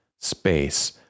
space